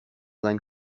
seinen